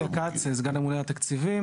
אני סגן הממונה על התקציבים.